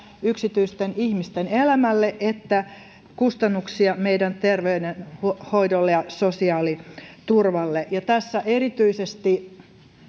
yksityisten ihmisten elämälle ja kustannuksia meidän terveydenhoidolle ja sosiaaliturvalle ja erityisesti